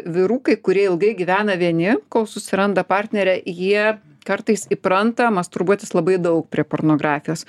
vyrukai kurie ilgai gyvena vieni kol susiranda partnerę jie kartais įpranta masturbuotis labai daug prie pornografijos